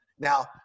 Now